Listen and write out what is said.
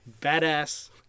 badass